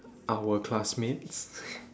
our classmates